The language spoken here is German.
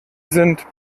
sind